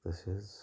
तसेच